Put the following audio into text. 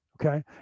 Okay